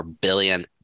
billion